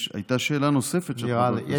הייתה שאלה נוספת של חבר הכנסת איימן עודה.